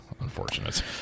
Unfortunate